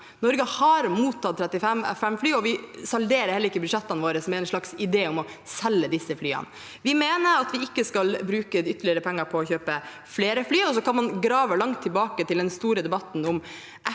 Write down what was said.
Norge har mottatt 37 F-35-fly, og vi salderer ikke budsjettene våre med en slags idé om å selge disse flyene. Vi mener at vi ikke skal bruke ytterligere penger på å kjøpe flere fly. Man kan grave langt tilbake til den store debatten om